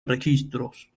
registros